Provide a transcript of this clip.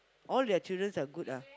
all their children are good ah